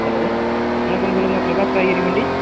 hello வணக்கம் சொல்லுங்கள் பிரகாஷ் காய்கறி மண்டி